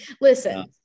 listen